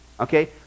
Okay